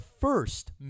first